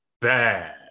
bad